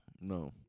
No